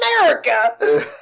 America